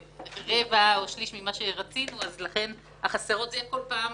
רבע או שלישי מהתקציב שרצינו אז לכן החסר יהיה כל פעם